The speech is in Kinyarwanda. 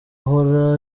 ahora